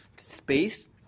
space